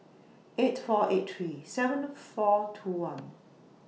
eight four eight three seven four two one